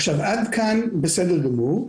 עד כאן בסדר גמור.